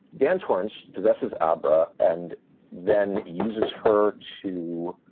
dan torrance possesses abra and then uses her to